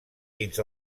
fins